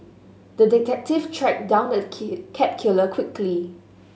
the detective tracked down the cat killer quickly